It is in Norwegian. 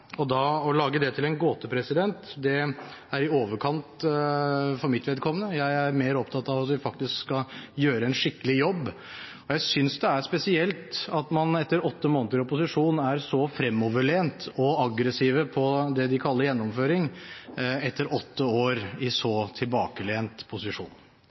Da å lage det til en gåte er i overkant for mitt vedkommende. Jeg er mer opptatt av at vi faktisk skal gjøre en skikkelig jobb. Jeg synes det er spesielt at man etter åtte måneder i opposisjon er så fremoverlent og aggressiv på det man kaller gjennomføring, etter åtte år i så tilbakelent posisjon.